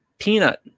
Peanut